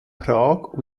prag